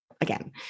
again